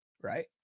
right